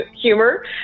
Humor